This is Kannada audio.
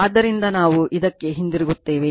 ಆದ್ದರಿಂದ ನಾವು ಇದಕ್ಕೆ ಹಿಂತಿರುಗುತ್ತೇವೆ